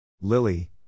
Lily